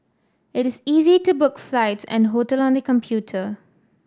it is easy to book flights and hotel on the computer